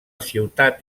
ciutat